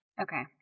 Okay